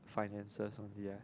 finances